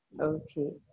Okay